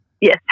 Yes